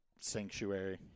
Sanctuary